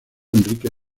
enrique